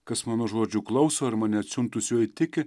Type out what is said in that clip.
kas mano žodžių klauso ir mane atsiuntusiuoju tiki